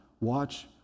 watch